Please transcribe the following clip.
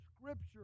scripture